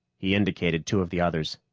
he indicated two of the others.